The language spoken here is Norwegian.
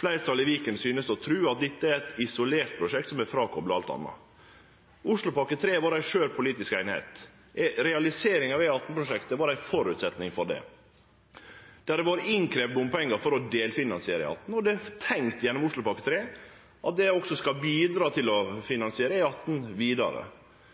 fleirtalet i Viken synest å tru, at dette er eit isolert prosjekt som er kopla frå alt anna. Oslopakke 3 har vore ei skjør politisk einigheit. Ei realisering av E18-prosjektet var ein føresetnad for ho. Det har vorte kravd inn bompengar for å delfinansiere E18, og gjennom Oslopakke 3 er det tenkt at det også skal bidra til å finansiere E18 vidare.